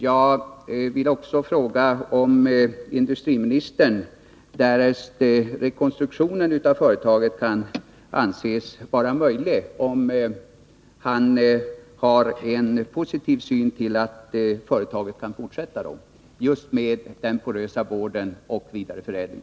Jag vill också fråga om industriministern, därest en rekonstruktion av företaget kan anses vara möjlig, har en positiv syn på att företaget fortsätter med just porös board och vidareförädling.